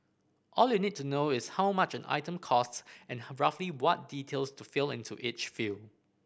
all you need to know is how much an item costs and roughly what details to fill into each field